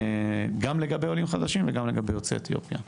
גם לגבי עולים חדשים וגם לגבי יוצאי אתיופיה.